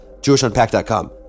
JewishUnpacked.com